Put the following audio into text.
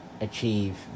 Achieve